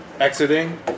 Exiting